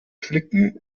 flicken